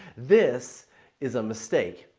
this is a mistake.